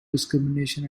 discrimination